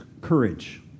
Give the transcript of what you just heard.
courage